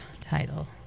title